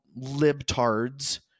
libtards